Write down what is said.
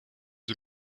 wir